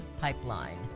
pipeline